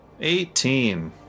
Eighteen